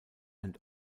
and